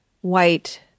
white